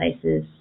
places